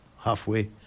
halfway